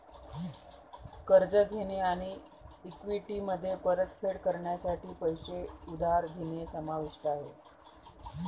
कर्ज घेणे आणि इक्विटीमध्ये परतफेड करण्यासाठी पैसे उधार घेणे समाविष्ट आहे